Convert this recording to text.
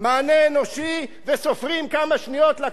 וסופרים כמה שניות לקח עד שעונים בטלפון.